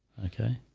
okay